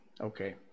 Okay